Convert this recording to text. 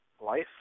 life